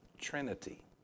Trinity